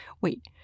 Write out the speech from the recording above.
Wait